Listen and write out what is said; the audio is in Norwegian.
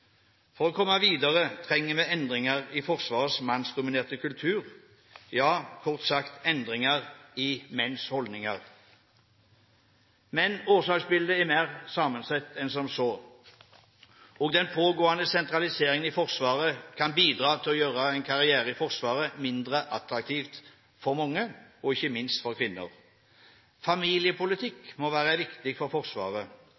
For å komme videre trenger vi endringer i Forsvarets mannsdominerte kultur, ja, kort sagt: endringer i menns holdninger. Men årsaksbildet er mer sammensatt enn som så. Den pågående sentraliseringen i Forsvaret kan også bidra til å gjøre en karriere i Forsvaret mindre attraktiv for mange, ikke minst for kvinner.